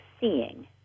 seeing